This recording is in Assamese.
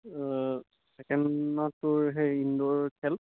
ছেকেণ্ড দিনত তোৰ সেই ইনড'ৰ খেল